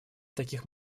таких